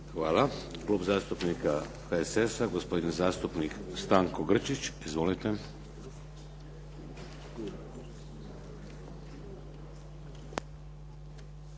Hvala. Klub zastupnika HSS-a gospodin zastupnik Stanko Grčić. Izvolite.